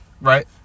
Right